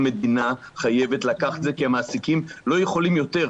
המדינה חייבת לקחת את זה כי המעסיקים לא יכולים יותר.